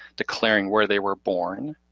declaring where they were born,